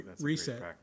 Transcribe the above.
Reset